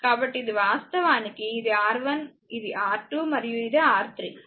కాబట్టిఇది వాస్తవానికి ఇది R1 ఇది R2 మరియు ఇది R3